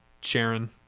Sharon